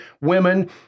women